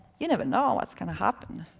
you never know what's going to happen.